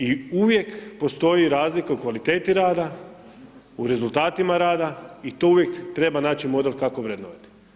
I uvijek postoji razlika u kvaliteti rada, u rezultatima rada i tu uvijek treba naći model kako vrednovati.